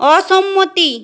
অসম্মতি